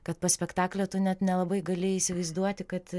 kad po spektaklio tu net nelabai galėjai įsivaizduoti kad